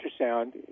ultrasound